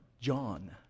John